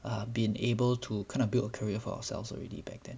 err been able to kind of built a career for ourselves already back then